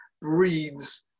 breathes